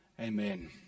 Amen